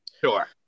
Sure